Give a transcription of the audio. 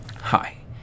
Hi